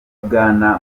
bwana